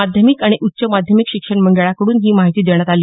माध्यमिक आणि उच्च माध्यमिक शिक्षण मंडळाकडून ही माहिती देण्यात आली